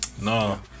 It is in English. No